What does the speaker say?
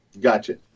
Gotcha